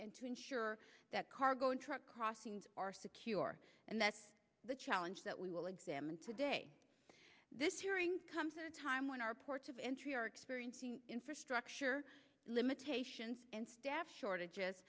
and to ensure that cargo and truck crossings are secure and that the challenge that we will examine today this hearing comes at a time when our ports of entry are experiencing infrastructure limitations and staff shortages